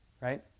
right